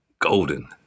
Golden